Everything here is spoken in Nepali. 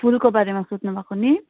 फुलको बारेमा सोध्नु भएको नि